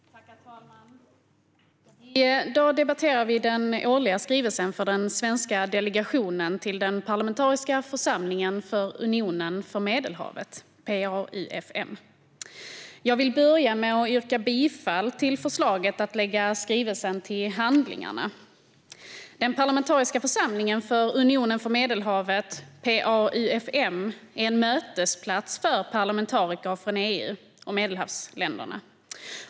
Herr talman! I dag ska vi debattera om den årliga skrivelsen för den svenska delegationen till den parlamentariska församlingen för Unionen för Medelhavet, PA-UfM. Jag vill börja med att yrka bifall till förslaget att lägga skrivelsen till handlingarna. Den parlamentariska församlingen för Unionen för Medelhavet, PAUfM, är en mötesplats för parlamentariker från EU och Medelhavsländerna.